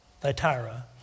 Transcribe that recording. Thyatira